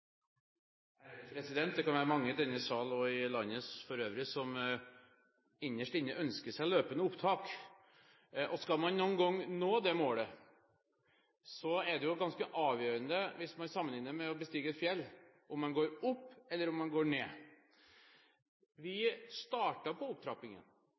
Det kan være mange i denne sal og i landet for øvrig som innerst inne ønsker seg løpende opptak. Skal man noen gang nå det målet, er det ganske avgjørende – hvis man sammenligner med å bestige et fjell – om man går opp eller om man går ned. Vi startet på opptrappingen,